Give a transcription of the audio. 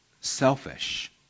selfish